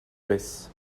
baissent